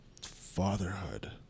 fatherhood